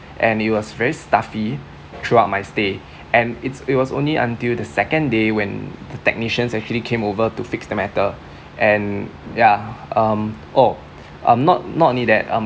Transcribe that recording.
and it was very stuffy throughout my stay and it's it was only until the second day when the technicians actually came over to fix the matter and ya um oh um not not only that um